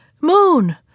Moon